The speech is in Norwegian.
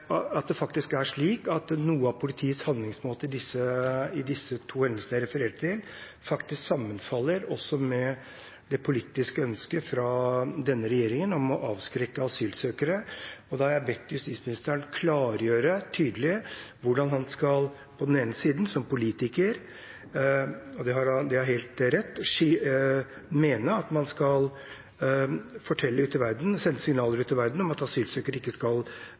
er slik at noe av politiets handlingsmåte i disse to hendelsene jeg refererte til, sammenfaller med det politiske ønsket fra denne regjeringen om å avskrekke asylsøkere. Jeg har bedt justisministeren klargjøre tydelig hvordan han som politiker skal – og det er helt rett – skille det at man skal sende signaler ut i verden om at asylsøkere ikke nødvendigvis skal